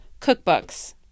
cookbooks